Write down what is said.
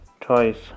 twice